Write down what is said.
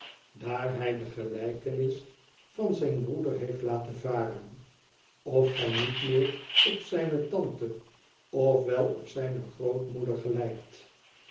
daar hij de gelijkenis van zijn broeder heeft laten varen of gij niet meer op zijne tante of wel op zijne grootmoeder gelykt